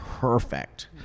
perfect